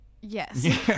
Yes